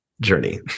journey